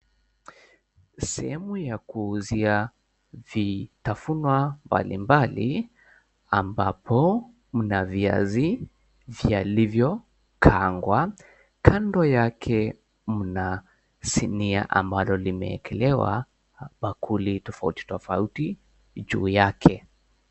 Sehemu ya kuuzia vitafunwa mbalimbali ambapo mna viazi vyaliyokangwa. Kando yake mna sinia ambalo limeekelewa bakuli tofauti tofauti juu yake.